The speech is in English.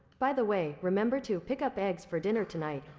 by the way, remember to pick up eggs for dinner tonight.